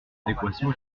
adéquation